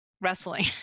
wrestling